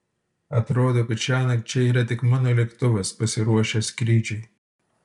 atrodo kad šiąnakt čia yra tik mano lėktuvas pasiruošęs skrydžiui